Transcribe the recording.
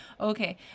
Okay